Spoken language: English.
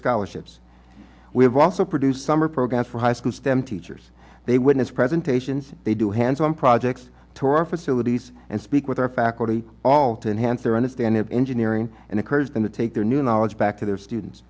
scholarships we have also produced summer programs for high school stem teachers they witness presentations they do hands on projects to our facilities and speak with our faculty all to enhance their understanding of engineering and encourage them to take their new knowledge back to their students